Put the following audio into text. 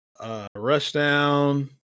rushdown